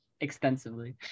extensively